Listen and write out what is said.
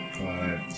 five